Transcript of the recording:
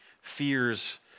Fears